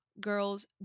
girls